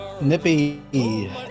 Nippy